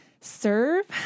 serve